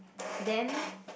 then